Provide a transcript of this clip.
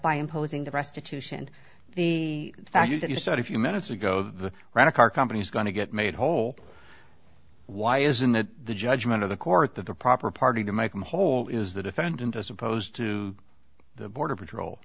by imposing the restitution the fact that you said a few minutes ago the right of car companies going to get made whole why isn't that the judgment of the court that the proper party to make them whole is the defendant as opposed to the border patrol